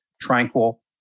tranquil